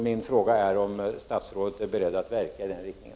Min fråga är om statsrådet är beredd att verka i den riktningen.